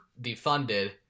defunded